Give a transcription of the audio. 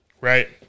Right